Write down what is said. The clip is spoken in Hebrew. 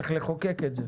צריך לחוקק את זה.